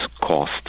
cost